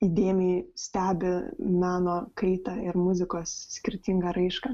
įdėmiai stebi meno kaitą ir muzikos skirtingą raišką